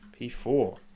P4